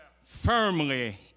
firmly